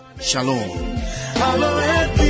Shalom